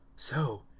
so,